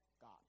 God